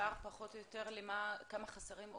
כמה חסרים?